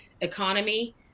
economy